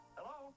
Hello